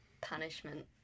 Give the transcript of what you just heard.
punishment